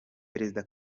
perezida